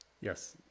yes